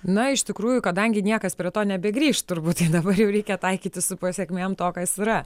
na iš tikrųjų kadangi niekas prie to nebegrįš turbūt dabar jau reikia taikytis su pasekmėm to kas yra